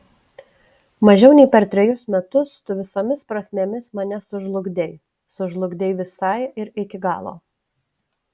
mažiau nei per trejus metus tu visomis prasmėmis mane sužlugdei sužlugdei visai ir iki galo